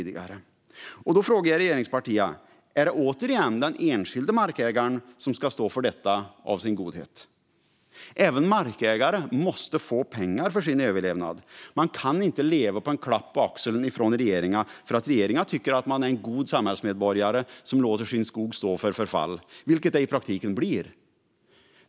Då frågar jag regeringspartierna: Är det återigen den enskilde markägaren som av godhet ska stå för detta? Även markägare måste få pengar för att klara sin överlevnad. Man kan inte leva av en klapp på axeln från regeringen för att den tycker att man är en god samhällsmedborgare som låter sin skog stå och förfalla, som det i praktiken blir.